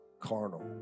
carnal